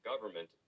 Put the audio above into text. government